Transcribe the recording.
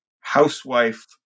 housewife